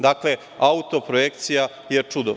Dakle, autoprojekcija je čudo.